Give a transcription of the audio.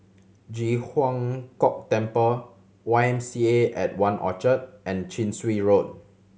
Ji Huang Kok Temple Y M C A and One Orchard and Chin Swee Road